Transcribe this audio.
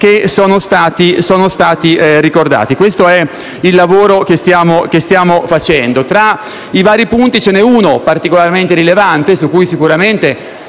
che sono stati ricordati. Questo è il lavoro che stiamo facendo. Tra i vari punti ce n'è uno particolarmente rilevante, su cui immagino